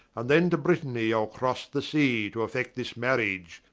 and then to britanny ile crosse the sea, to effect this marriage,